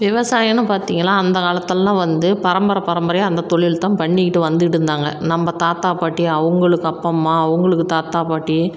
விவசாயம்னு பார்த்திங்களா அந்த காலத்திலலாம் வந்து பரம்பர பரம்பரையாக அந்த தொழில் தான் பண்ணிக்கிட்டு வந்துக்கிட்டு இருந்தாங்கள் நம்ம தாத்தா பாட்டி அவங்களுக்கு அப்பா அம்மா அவங்களுக்கு தாத்தா பாட்டி